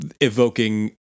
evoking